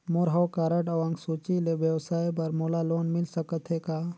मोर हव कारड अउ अंक सूची ले व्यवसाय बर मोला लोन मिल सकत हे का?